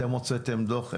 אתם הוצאתם דוח,